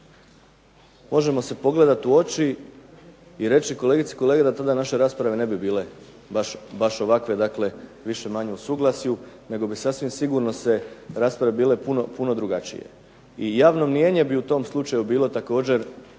mOžemo se pogledati u oči i reći kolegice i kolege, da današnje rasprave ne bi bile ovakve više-manje u suglasju, nego bi sasvim sigurno rasprave bile puno drugačije, i javno mnijenje bi u tom slučaju bilo puno